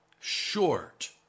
short